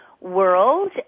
world